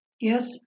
Yes